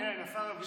כן, השר אבידר.